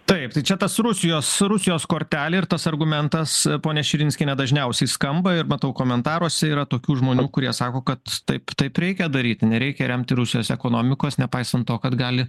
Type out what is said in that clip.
taip tai čia tas rusijos rusijos kortelė ir tas argumentas ponia širinskienė dažniausiai skamba ir matau komentaruose yra tokių žmonių kurie sako kad taip taip reikia daryti nereikia remti rusijos ekonomikos nepaisant to kad gali